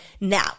now